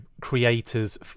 creators